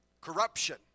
Corruption